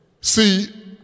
see